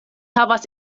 havas